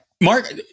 Mark